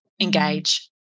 engage